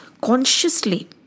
consciously